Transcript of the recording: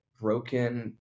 broken